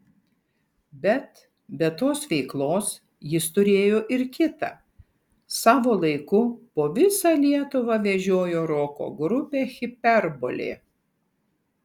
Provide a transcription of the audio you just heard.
bet be tos veiklos jis turėjo ir kitą savo laiku po visą lietuvą vežiojo roko grupę hiperbolė